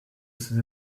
ces